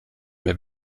mehr